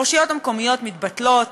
הרשויות המקומיות מתבטלות,